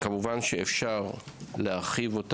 כמובן אפשר להרחיב.